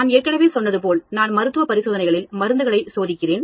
நான் ஏற்கனவே சொன்னது போல் நான் மருத்துவ பரிசோதனைகளில் மருந்துகளை சோதிக்கிறேன்